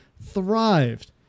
thrived